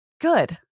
Good